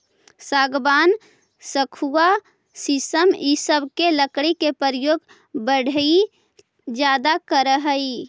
सागवान, सखुआ शीशम इ सब के लकड़ी के प्रयोग बढ़ई ज्यादा करऽ हई